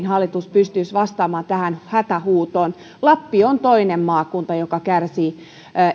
hallitus pystyisi vastaamaan tähän hätähuutoon lappi on toinen maakunta joka kärsii